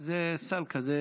זה סל כזה,